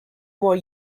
more